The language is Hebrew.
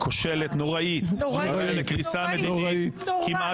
כושלת נוראית ------- וקריסה מדינית כמעט